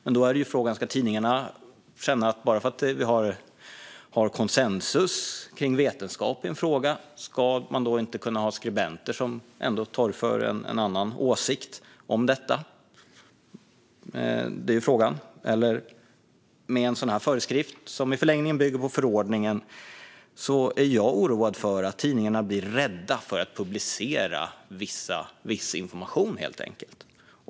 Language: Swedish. Men då är frågan: Ska tidningarna känna att de inte kan ha skribenter som torgför en annan åsikt bara för att vi har konsensus kring vetenskap i en fråga? Det är frågan. Med en sådan här föreskrift, som i förlängningen bygger på förordningen, är jag oroad för att tidningarna blir rädda för att publicera viss information.